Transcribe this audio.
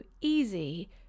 easy